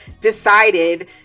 decided